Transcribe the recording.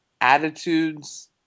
attitudes